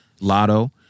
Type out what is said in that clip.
Lotto